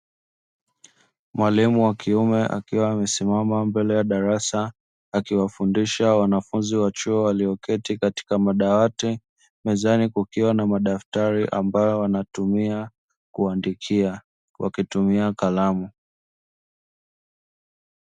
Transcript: Mwalimu wa kiume akiwa amesimama mbele ya darasa akiwafundisha wanafunzi wa chuo walioketi katika madawati, mezani kukiwa na madaftari ambayo wanatumia kuandikia wakitumia kalamu.